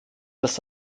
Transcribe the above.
das